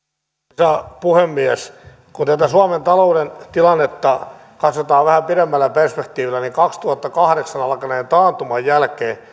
arvoisa puhemies kun tätä suomen talouden tilannetta katsotaan vähän pidemmällä perspektiivillä niin kaksituhattakahdeksan alkaneen taantuman jälkeen